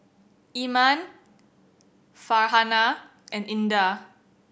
Iman Farhanah and Indah